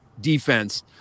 defense